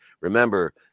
Remember